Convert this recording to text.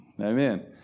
Amen